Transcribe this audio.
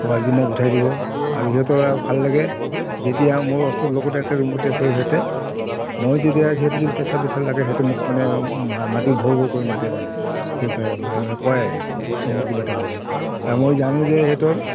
আৱাজ দি মোক উঠাই দিব আৰু সিহঁতৰ ভাল লাগে যেতিয়া মোৰ ওচ লগতে একে ৰুমতে শুৱে সিহঁতে মই যেতিয়া সিহঁতে যেতিয়া পেচাৱ চেচাৱ লাগে সিহঁতে মোক মানে মাতি ভৌ ভৌ কৰি মাতে মানে কয় আৰু কি মোৰ কিবা এটা হৈছে আৰু মই জানোঁ যে সিহঁতৰ